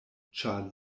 ĉar